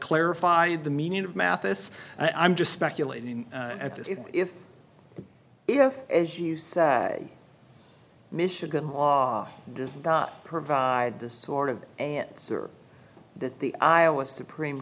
clarify the meaning of mathis i'm just speculating at this even if if as you say michigan law does not provide this sort of answer that the iowa supreme